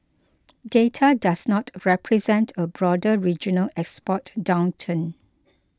data does not represent a broader regional export downturn